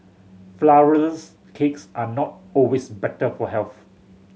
flourless cakes are not always better for health